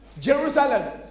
Jerusalem